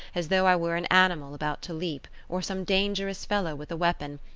as though i were an animal about to leap or some dangerous fellow with a weapon,